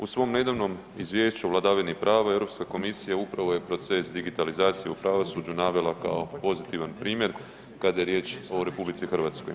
U svom nedavnom izvješću o vladavini prava Europska komisija upravo je proces digitalizacije u pravosuđu navela kao pozitivan primjer kada je riječ o RH.